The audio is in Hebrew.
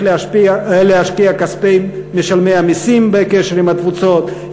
להשקיע מכספי משלמי המסים בקשר עם התפוצות,